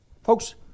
folks